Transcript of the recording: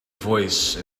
voice